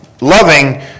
Loving